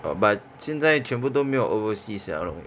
!wah! but 现在全部都没有 overseas 怎样弄